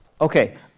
Okay